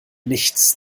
nichts